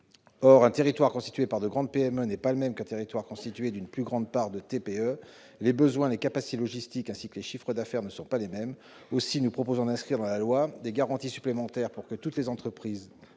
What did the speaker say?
Or un territoire constitué par de grandes PME n'est pas le même qu'un territoire constitué d'une plus grande part de TPE : les besoins, les capacités logistiques, mais aussi les chiffres d'affaires ne sont pas les mêmes. Aussi, nous proposons d'inscrire dans le texte des garanties supplémentaires pour que toutes les entreprises,